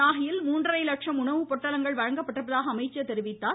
நாகையில் மூன்றரை லட்சம் உணவுப்பொட்டலங்கள் வழங்கப்பட்டிருப்பதாக அமைச்சர் கூறினார்